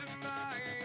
tonight